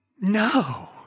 no